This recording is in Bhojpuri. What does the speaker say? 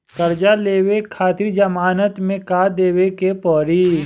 कर्जा लेवे खातिर जमानत मे का देवे के पड़ी?